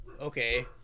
okay